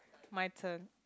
my turn